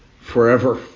forever